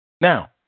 Now